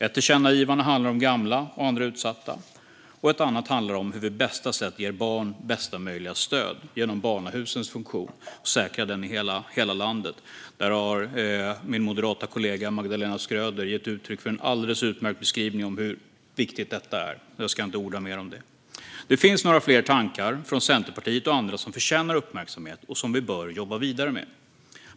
Ett tillkännagivande handlar om gamla och andra utsatta och ett annat handlar om hur vi på bästa sätt ger barn bästa möjliga stöd genom barnahusens funktion och hur den säkras i hela landet. Min moderata kollega Magdalena Schröder har gett en alldeles utmärkt beskrivning av hur viktigt detta är, så jag ska inte orda mer om det. Det finns några fler tankar från Centerpartiet och andra som förtjänar uppmärksamhet och som vi bör jobba vidare med.